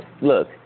Look